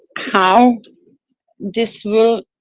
how this will